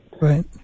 Right